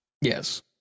yes